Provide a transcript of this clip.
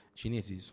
cinesi